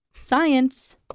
Science